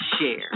Share